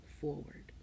forward